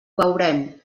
veurem